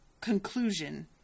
conclusion